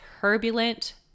turbulent